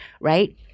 right